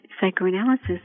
psychoanalysis